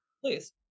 Please